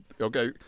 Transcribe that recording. okay